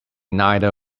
neither